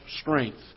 strength